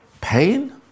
pain